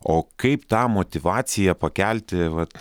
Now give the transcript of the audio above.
o kaip tą motyvaciją pakelti vat